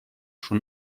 schon